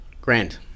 Grand